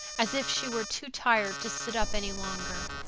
as if she were too tired to sit up any longer.